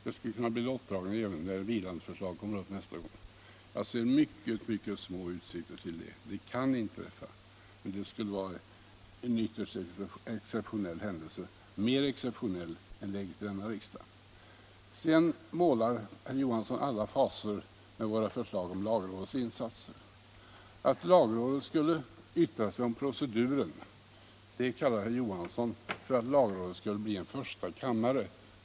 Det skulle kunna bli lottdragning när vilandeförslaget kommer upp nästa gång. Jag ser mycket, mycket små utsikter till det. Det kan inträffa, men det skulle vara en ytterst ex ceptionell händelse, mer exceptionell än läget i denna riksdag. Nr 149 Herr Johansson målar alla fasor med våra förslag om lagrådets insatser. Fredagen den Att lagrådet skulle yttra sig om proceduren säger herr Johansson skulle 4 juni 1976 innebära att lagrådet skulle bli en första kammare.